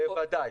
בוודאי.